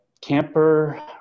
camper